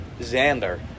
Xander